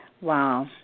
Wow